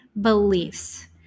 beliefs